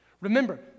Remember